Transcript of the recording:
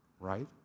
right